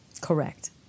Correct